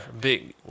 Big